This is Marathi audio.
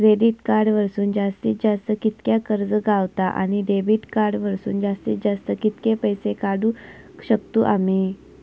क्रेडिट कार्ड वरसून जास्तीत जास्त कितक्या कर्ज गावता, आणि डेबिट कार्ड वरसून जास्तीत जास्त कितके पैसे काढुक शकतू आम्ही?